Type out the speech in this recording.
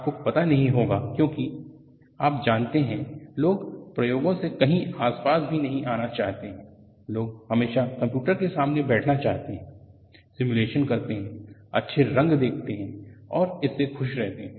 आपको पता नहीं होगा क्योंकि आप जानते हैं लोग प्रयोगों के कहीं आस पास भी नहीं आना चाहते हैं लोग हमेशा कंप्यूटर के सामने बैठना चाहते हैं सिमुलेशन करते हैं अच्छे रंग देखते हैं और इससे खुश रहते हैं